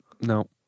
no